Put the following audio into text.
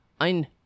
ein